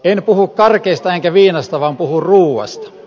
en puhu karkeista enkä viinasta vaan puhun ruuasta